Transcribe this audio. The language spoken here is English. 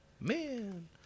man